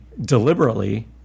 deliberately